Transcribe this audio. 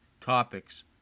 topics